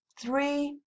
three